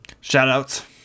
Shout-outs